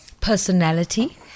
personality